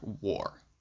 War